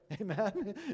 Amen